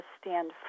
stand